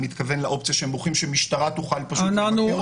שמשטרה תוכל לבקר אותם?